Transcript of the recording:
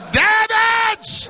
damage